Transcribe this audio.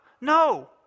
No